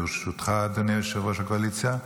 ברשותך, אדוני יושב-ראש הקואליציה.